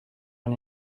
run